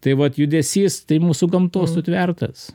tai vat judesys tai mūsų gamtos sutvertas